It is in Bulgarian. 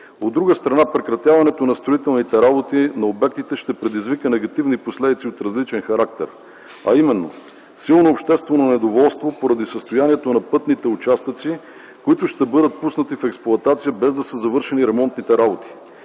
От друга страна, прекратяването на строителните работи на обектите ще предизвика негативни последици от различен характер, а именно силно обществено недоволство поради състоянието на пътните участъци, които ще бъдат пуснати в експлоатация без да са завършени ремонтните работи;